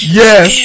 yes